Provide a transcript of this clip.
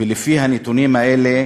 ולפי הנתונים האלה